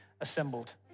assembled